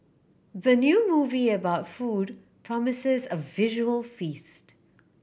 the new movie about food promises a visual feast